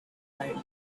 mild